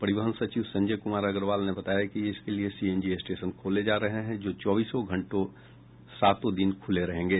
परिवहन सचिव संजय कुमार अग्रवाल ने बताया कि इसके लिए सीएनजी स्टेशन खोले जा रहे हैं जो चौबीसों घंटे सातों दिन खुले रहेंगे